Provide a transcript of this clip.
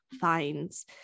fines